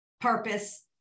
purpose